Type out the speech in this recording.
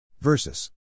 Versus